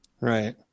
right